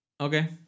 Okay